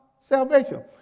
salvation